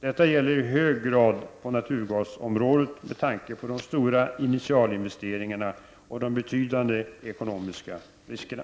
Detta gäller i hög grad naturgasområdet, med tanke på de stora initialinvesteringarna och de betydande ekonomiska riskerna.